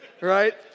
right